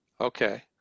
Okay